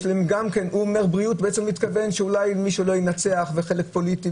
יש להם --- שמתכוון שמי שלא ינצח זה חלק פוליטי,